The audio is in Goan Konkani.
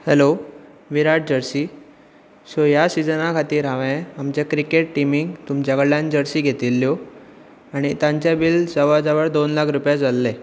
हॅलो विराट जर्सी सो ह्या सिजना खातीर हांवेन आमचे क्रिकॅट टिमीक तुमच्या कडल्यान जर्सी घेतिल्ल्यो आनी तांचें बील जवळ जवळ दोन लाख रुपया जाल्लें